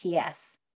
PS